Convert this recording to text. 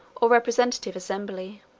or representative assembly.